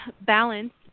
balance